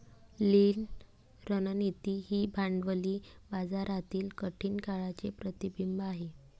लीन रणनीती ही भांडवली बाजारातील कठीण काळाचे प्रतिबिंब आहे